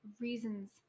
reasons